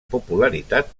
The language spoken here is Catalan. popularitat